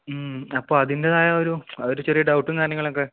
അപ്പോ അതിൻ്റെതായൊരു ഒരു ചെറിയ ഡൗട്ടും കാര്യങ്ങളൊക്കെ